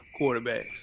quarterbacks